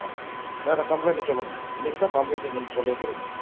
ஆ வேறு கம்ப்ளைண்ட்டு சொல்லுங்கள் இன்னிக்குதான் கம்ப்ளைண்ட்ன்னு நீங்கள் சொல்லி இருக்கிறீங்க